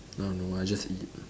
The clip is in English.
nah no I just eat